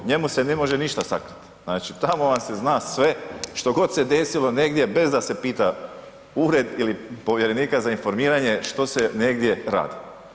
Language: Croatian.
Njemu se ne može ništa sakriti, znači tamo vam se zna sve što god se desilo negdje bez da se pita ured ili Povjerenika za informiranje što se negdje radi.